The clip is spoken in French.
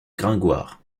gringoire